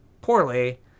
poorly